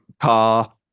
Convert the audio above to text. car